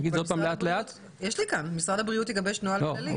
נאמר שמשרד הבריאות יגבש נוהל כללי.